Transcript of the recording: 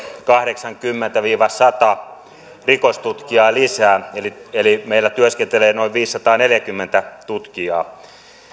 kahdeksankymmentä viiva sata rikostutkijaa lisää meillä työskentelee noin viisisataaneljäkymmentä tutkijaa